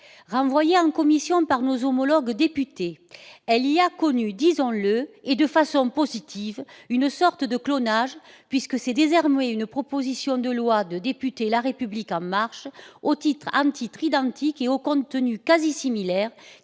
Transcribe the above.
Renvoyée en commission par nos homologues députés, elle y a connu, disons-le, et de façon positive, une sorte de clonage puisque c'est désormais une proposition de loi de députés La République En Marche, à l'intitulé identique et au contenu quasi similaire,